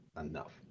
enough